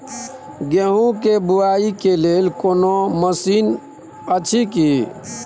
गेहूँ के बुआई के लेल कोनो मसीन अछि की?